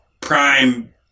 prime